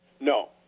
No